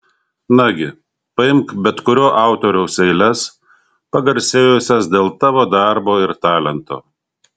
nagi paimk bet kurio autoriaus eiles pagarsėjusias dėl tavo darbo ir talento